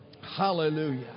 Hallelujah